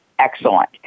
Excellent